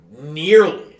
nearly